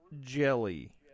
jelly